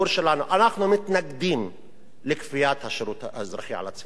אנחנו מתנגדים לכפיית השירות האזרחי על הציבור שלנו.